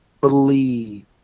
believe